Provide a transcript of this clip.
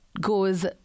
goes